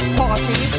party